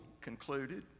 concluded